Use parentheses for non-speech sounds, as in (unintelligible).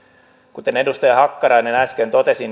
kuten edustaja hakkarainen äsken totesi (unintelligible)